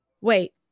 Wait